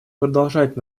продолжать